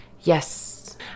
Yes